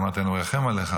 אמרתי: אני מרחם עליך.